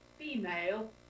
female